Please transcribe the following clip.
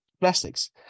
plastics